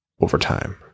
overtime